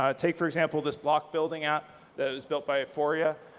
ah take, for example, this block building app that was built by euphoria.